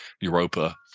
Europa